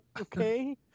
okay